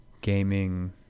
gaming –